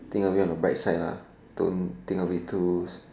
think of it on the bright side lah don't think a bit too